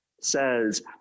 says